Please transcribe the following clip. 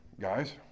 guys